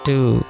Two